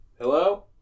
Hello